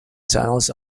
tunnels